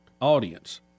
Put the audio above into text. audience